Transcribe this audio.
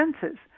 senses